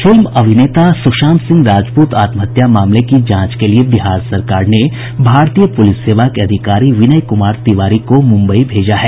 film अभिनेता सुशांत सिंह राजपूत आत्महत्या मामले की जांच के लिये बिहार सरकार ने भारतीय पुलिस सेवा के अधिकारी विनय कुमार तिवारी को मुंबई भेजा है